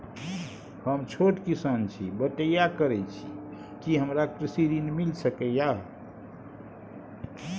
हम छोट किसान छी, बटईया करे छी कि हमरा कृषि ऋण मिल सके या?